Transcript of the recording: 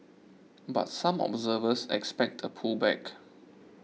but some observers expect a pullback